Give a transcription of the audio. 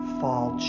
fall